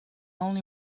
only